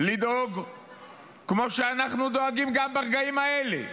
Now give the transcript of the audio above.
לדאוג כמו שאנחנו דואגים גם ברגעים האלה,